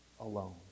alone